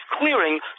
clearing